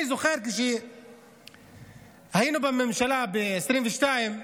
אני זוכר שכשהיינו בממשלה ב-2022,